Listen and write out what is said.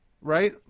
Right